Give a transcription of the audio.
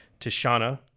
Tishana